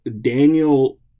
Daniel